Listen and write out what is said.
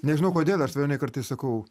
nežinau kodėl aš svajonei kartais sakau